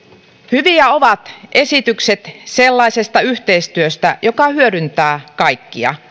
hyviä ovat esitykset sellaisesta yhteistyöstä joka hyödyntää kaikkia